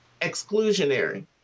exclusionary